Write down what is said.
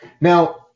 Now